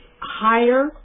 higher